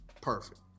perfect